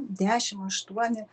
dešimt aštuoni